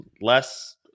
less